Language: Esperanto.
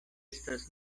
estas